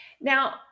Now